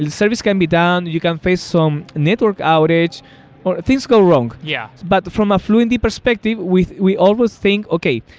service can be down. you can face some network outage or things go wrong. yeah but from a fluentd perspective, we we always think, okay.